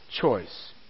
choice